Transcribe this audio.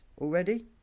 already